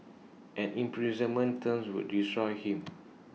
an imprisonment term would destroy him